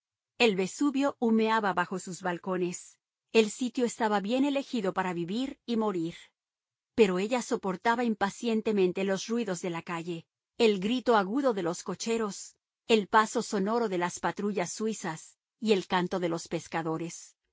el vesubio humeaba bajo sus balcones el sitio estaba bien elegido para vivir y morir pero ella soportaba impacientemente los ruidos de la calle el grito agudo de los cocheros el paso sonoro de las patrullas suizas y el canto de los pescadores